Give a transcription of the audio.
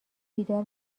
بیدار